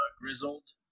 grizzled